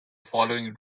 following